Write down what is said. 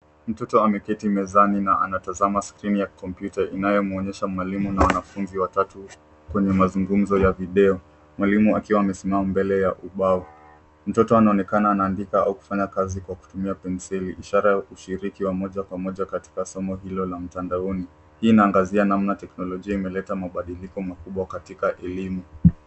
Mtoto ameketi mezani na anatazama skrini kompyuta inayo mwonyesha mwalinu na wanafunzi watatu kwenye mazungumzo ya video. Mwalimu akiwa amesimama mbele ya ubao. Mtoto anaonekana kuandika au kufanya kazi katika kutumia penseli ishara ya ushiriki wa moja kwa moja katika somo hilo la mtandaoni. Hii inaangazia namna teknolojia imeleta mabadiliko makubwa katika elimu.